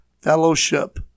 fellowship